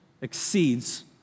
exceeds